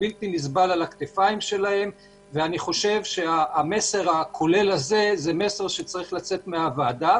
אני חושב שזה המסר שצריך לצאת מהוועדה.